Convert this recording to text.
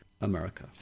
America